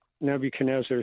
Nebuchadnezzar